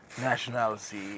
nationality